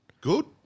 Good